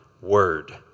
word